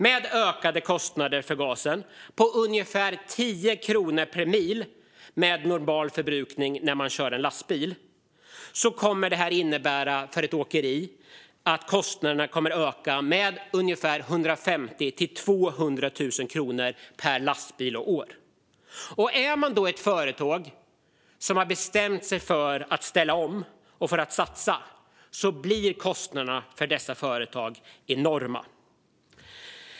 Med ökade kostnader för gasen på ungefär 10 kronor per mil med normal förbrukning för en lastbil, kommer det för ett åkeri att innebära att kostnaderna ökar med ungefär 150 000-200 000 kronor per lastbil och år. För ett företag som har bestämt sig för att ställa om och satsa blir kostnaderna enorma.